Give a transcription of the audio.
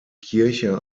kirche